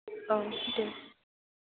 औ दे